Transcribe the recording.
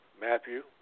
Matthew